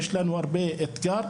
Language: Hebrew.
יש לנו הרבה אתגרים.